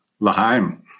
Lahaim